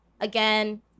again